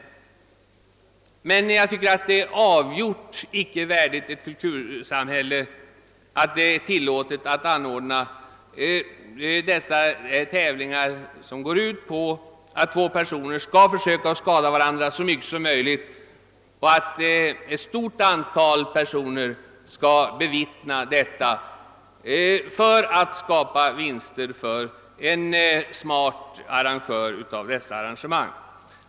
Emellertid tycker jag att det avgjort icke är värdigt ett kultursamhälle att tillåta tävlingar som går ut på att två personer skall försöka skada varandra så mycket som möjligt medan ett stort antal personer bevittnar vad som sker och smarta arrangörer gör stora vinster.